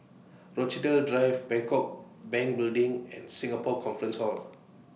Drive Bangkok Bank Building and Singapore Conference Hall